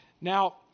Now